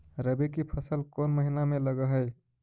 रबी की फसल कोन महिना में लग है?